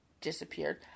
Disappeared